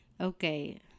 okay